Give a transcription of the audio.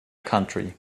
county